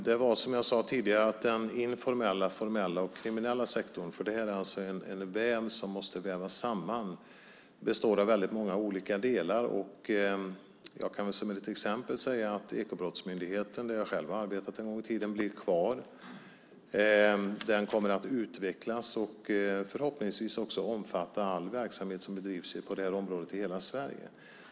Fru talman! Som jag sade tidigare består den informella, formella och kriminella sektorn - det här är en väv som måste vävas samman - av många olika delar. Jag kan som exempel säga att Ekobrottsmyndigheten, där jag själv har arbetat en gång i tiden, blir kvar. Den kommer att utvecklas och förhoppningsvis också omfatta all verksamhet som bedrivs på det här området i hela Sverige.